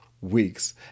weeks